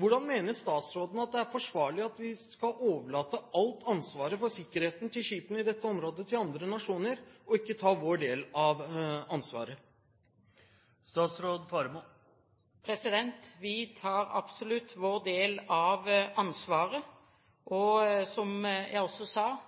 Hvordan mener statsråden det er forsvarlig at vi skal overlate alt ansvaret for sikkerheten til skipene i dette området til andre nasjoner, og ikke ta vår del av ansvaret? Vi tar absolutt vår del av ansvaret, og som jeg også sa,